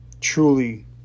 truly